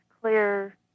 clear